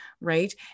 right